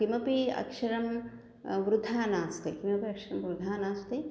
किमपि अक्षरं वृथा नास्ति किमपि अक्षरं वृथा नास्ति